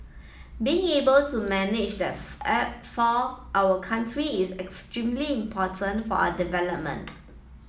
being able to manage that for our country is extremely important for our development